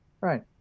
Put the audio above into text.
right